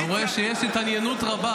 אני רואה שיש התעניינות רבה